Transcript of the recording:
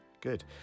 good